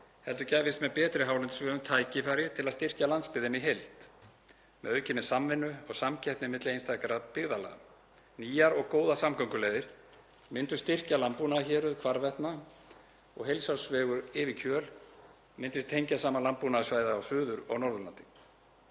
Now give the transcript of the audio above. heldur gæfist með betri hálendisvegum tækifæri til að styrkja landsbyggðina í heild með aukinni samvinnu og samkeppni milli einstakra byggðarlaga. Nýjar og góðar samgönguleiðir myndu styrkja landbúnaðarhéruð hvarvetna og heilsársvegur yfir Kjöl myndi tengja saman landbúnaðarsvæði á Suður- og Norðurlandi.